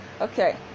okay